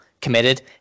committed